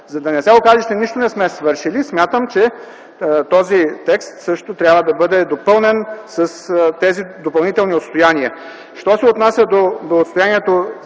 За да не окаже, че нищо не сме свършили, смятам, че този текст също трябва да бъде допълнен с тези допълнителни отстояния. Що се отнася до отстоянието,